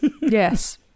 Yes